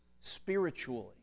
spiritually